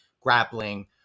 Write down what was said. grappling